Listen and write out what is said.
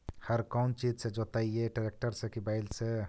हर कौन चीज से जोतइयै टरेकटर से कि बैल से?